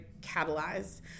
catalyzed